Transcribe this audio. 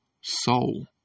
soul